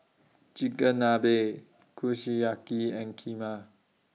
Chigenabe Kushiyaki and Kheema